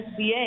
SBA